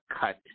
cut